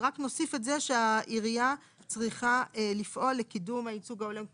ורק נוסיף את זה שהעירייה צריכה לפעול לקידום הייצוג ההולם,